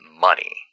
money